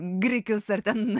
grikius ar ten